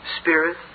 Spirit